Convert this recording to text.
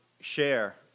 share